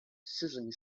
sizzling